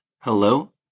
Hello